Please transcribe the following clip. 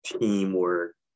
teamwork